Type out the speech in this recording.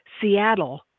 Seattle